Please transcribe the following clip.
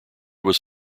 was